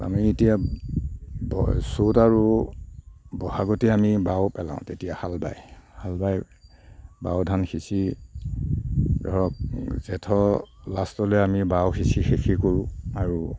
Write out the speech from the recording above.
আমি এতিয়া ব চ'ত আৰু ব'হাগতে আমি বাও পেলাও তেতিয়া হাল বাই হাল বাই বাও ধান সিঁচি ধৰক জেঠৰ লাষ্টলৈ আমি বাও সিঁচি শেষেই কৰোঁ আৰু